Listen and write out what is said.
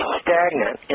stagnant